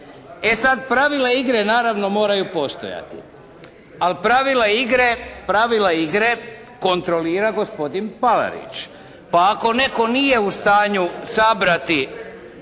E sada pravila igre naravno moraju postojati. Ali pravila igre kontrolira gospodin Palarić. Pa ako netko nije u stanju sabrati,